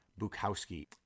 Bukowski